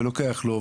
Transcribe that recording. ולוקח לו,